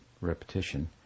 repetition